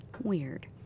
weird